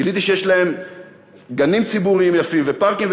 גיליתי שיש להם גנים ציבוריים יפים ופארקים,